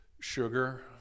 sugar